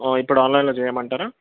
ఇప్పుడు ఆన్లైన్లో చేయమంటారా